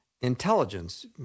intelligence